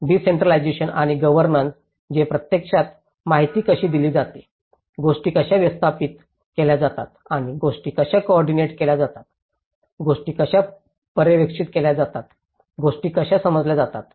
decentralisation आणि governance जे प्रत्यक्षात माहिती कशी दिली जाते गोष्टी कशा व्यवस्थापित केल्या जातात आणि गोष्टी कशा कोऑर्डिनेशनित केल्या जातात गोष्टी कशा पर्यवेक्षित केल्या जातात गोष्टी कशा समजल्या जातात